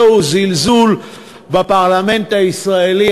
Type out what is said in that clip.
זהו זלזול בפרלמנט הישראלי.